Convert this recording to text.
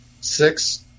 Six